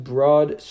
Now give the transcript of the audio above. Broad